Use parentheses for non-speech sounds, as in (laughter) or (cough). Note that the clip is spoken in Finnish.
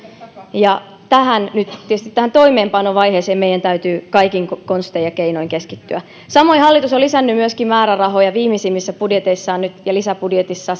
tietysti nyt tähän toimeenpanovaiheeseen meidän täytyy kaikin konstein ja keinoin keskittyä samoin hallitus on myöskin lisännyt määrärahoja nyt viimeisimmissä budjeteissaan ja lisäbudjetissa (unintelligible)